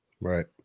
Right